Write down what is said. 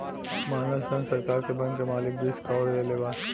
मानल सन सरकार के बैंक के मालिक बीस करोड़ देले बा